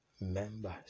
members